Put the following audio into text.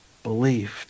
Believed